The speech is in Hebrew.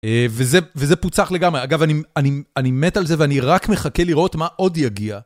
וזה פוצח לגמרי, אגב אני מת על זה ואני רק מחכה לראות מה עוד יגיע.